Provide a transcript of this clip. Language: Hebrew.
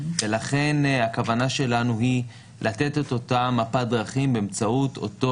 לכן הכוונה שלנו היא לתת את אותה מפת דרכים באמצעות אותו